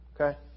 Okay